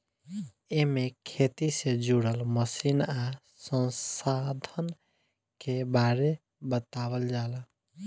एमे खेती से जुड़ल मशीन आ संसाधन के बारे बतावल जाला